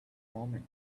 moment